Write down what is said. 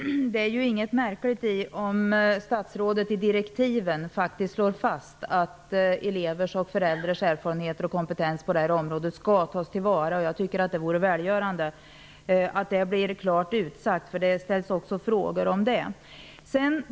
Herr talman! Det är inget märkligt om statsrådet i direktiven slår fast att elevers och föräldrars erfarenheter och kompetens på detta område skall tas till vara. Det vore välgörande att det blir klart utsagt, eftersom det ställs frågor om det.